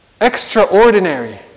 extraordinary